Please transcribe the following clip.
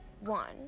one